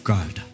God